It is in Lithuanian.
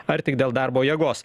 ar tik dėl darbo jėgos